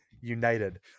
United